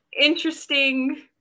interesting